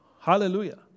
Hallelujah